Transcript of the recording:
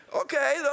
Okay